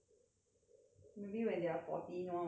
maybe when they are forty no one will watch them anymore